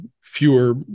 fewer